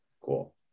Cool